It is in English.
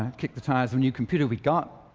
kick the tires of a new computer we'd got.